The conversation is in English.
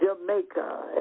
Jamaica